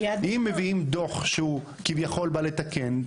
אם מביאים דו"ח שהוא כביכול בא לתקן,